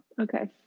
okay